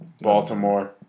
Baltimore